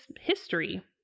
history